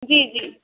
جی جی